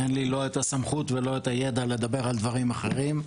אין לי לא את הסמכות ולא את הידע לדבר על דברים אחרים.